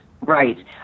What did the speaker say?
Right